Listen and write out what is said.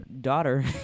daughter